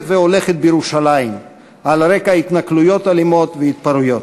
והולכת בירושלים על רקע התנכלויות אלימות והתפרעויות,